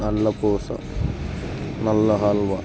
నల్ల పూస నల్ల హల్వా